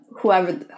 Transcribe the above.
whoever